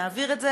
נעביר את זה,